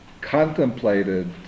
contemplated